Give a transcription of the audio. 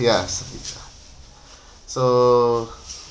yes so